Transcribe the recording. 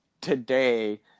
today